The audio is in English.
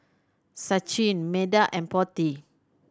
Sachin Medha and Potti